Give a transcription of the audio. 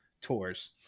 tours